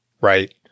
Right